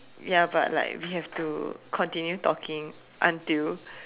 ya but like we have to continue talking until